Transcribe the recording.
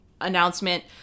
announcement